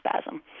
spasm